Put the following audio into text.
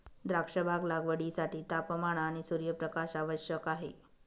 द्राक्षबाग लागवडीसाठी तापमान आणि सूर्यप्रकाश आवश्यक आहे